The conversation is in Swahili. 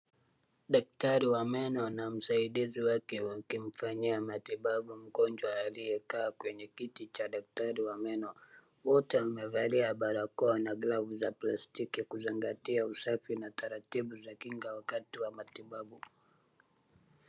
Daktari wa meno na msaidizi wake wakimfanyia matibabu mgonjwa aliyekaa kwenye kiti cha daktari wa meno. Wote wamevalia barakoa na glavu za plastiki kuzingatia usafi na taratibu za kinga wakati wa matibabu.